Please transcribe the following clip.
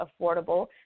affordable